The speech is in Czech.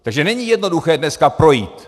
Takže není jednoduché dneska projít.